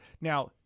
Now